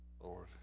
Lord